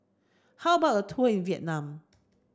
how about a tour Vietnam